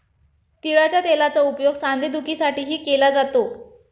तिळाच्या तेलाचा उपयोग सांधेदुखीसाठीही केला जातो